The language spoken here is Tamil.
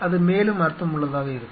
அது மேலும் அர்த்தமுள்ளதாக இருக்கும்